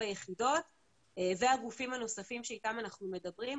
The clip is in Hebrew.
אנוש ביחידות והגופים הנוספים שאיתם אנחנו מדברים.